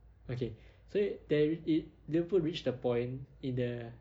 okay so they it liverpool reached the point in the